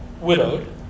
widowed